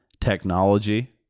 technology